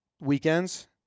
weekends